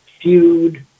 feud